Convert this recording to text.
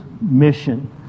mission